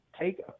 take